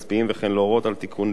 וכן להורות על תיקון ליקויים.